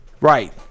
Right